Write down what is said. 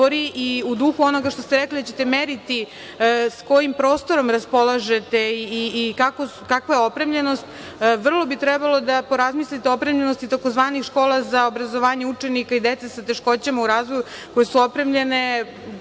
i u duhu onoga što ste rekli, da ćete meriti s kojim prostorom raspolažete i kakva je opremljenost, vrlo bi trebalo da razmislite o opremljenosti tzv. škola za obrazovanje učenika i dece sa teškoćama u razvoju, koje su opremljene